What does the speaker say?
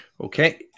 Okay